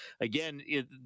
again